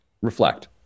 reflect